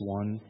one